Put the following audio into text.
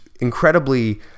incredibly